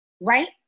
right